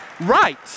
right